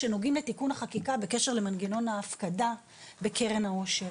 שנוגעים לתיקון החקיקה בנוגע למנגנון ההפקדה בקרן העושר,